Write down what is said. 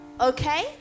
Okay